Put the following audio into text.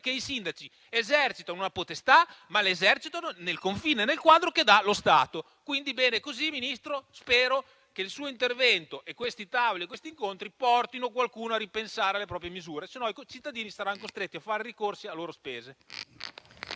che i sindaci esercitano una potestà, ma lo fanno nel confine e nel quadro che dà lo Stato. Quindi bene così, Ministro. Spero che il suo intervento, questi tavoli e questi incontri portino qualcuno a ripensare le proprie misure, altrimenti i cittadini saranno costretti a fare ricorsi a loro spese.